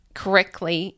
correctly